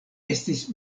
estis